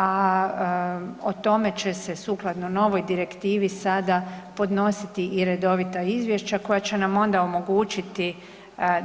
A o tome će se sukladno novoj direktivi sada podnositi i redovita izvješća koja će nam onda omogućiti